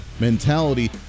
mentality